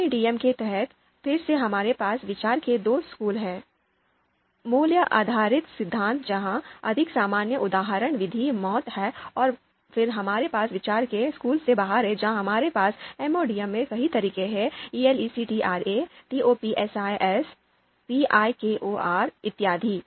MADM के तहत फिर से हमारे पास विचार के दो स्कूल हैं मूल्य आधारित सिद्धांत जहां अधिक सामान्य उदाहरण विधि MAUT है और फिर हमारे पास विचार के स्कूल से बाहर है जहां हमारे पास MODM में कई तरीके हैं ELECTRA TOPSIS VIKOR इत्यादि